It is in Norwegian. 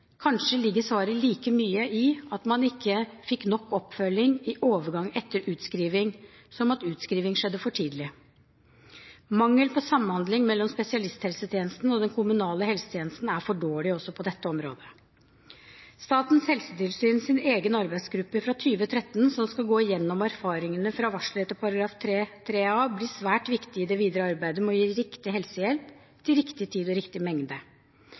Kanskje ligger svaret like mye i at man ikke fikk nok oppfølging i overgangen etter utskriving, som at utskriving skjedde for tidlig. Samhandlingen mellom spesialisthelsetjenesten og den kommunale helsetjenesten er for dårlig også på dette området. Statens helsetilsyns egen arbeidsgruppe fra 2013, som skal gå gjennom erfaringene fra varsel etter spesialisthelsetjenesteloven § 3-3 a, blir svært viktig i det videre arbeidet med å gi riktig helsehjelp til riktig tid og i riktig mengde.